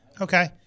Okay